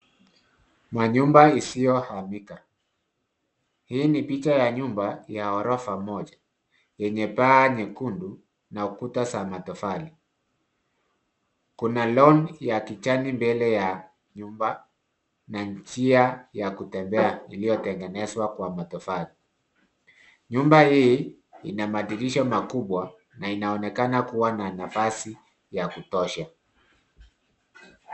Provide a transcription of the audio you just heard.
Manyumba isiyohamika. Hii ni picha ya nyumba ya ghorofa moja, yenye paa nyekundu na ukuta za matofali. Kuna lawn ya kijani mbele ya nyumba na njia ya kutembea iliyotengenezwa kwa matofali. Nyumba hii ina madirisha makubwa na inaonekana kuwa na nafasi ya kutosha.